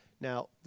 Now